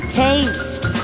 taste